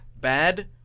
bad